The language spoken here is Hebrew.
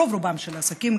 רוב-רובם של העסקים,